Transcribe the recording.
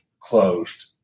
closed